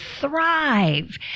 thrive